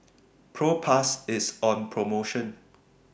Propass IS on promotion